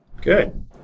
Good